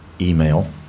email